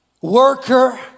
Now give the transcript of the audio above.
worker